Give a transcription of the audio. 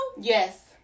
yes